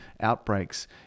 outbreaks